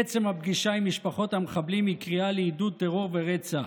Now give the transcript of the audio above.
עצם הפגישה עם משפחות המחבלים היא קריאה לעידוד טרור ורצח,